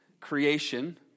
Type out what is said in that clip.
creation